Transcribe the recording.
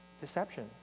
deception